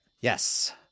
Yes